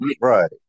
right